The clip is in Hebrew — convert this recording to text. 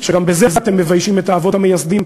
שגם בזה אתם מביישים את האבות המייסדים,